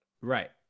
Right